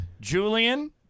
Julian